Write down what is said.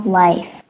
life